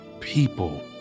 people